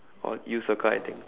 or you circle I think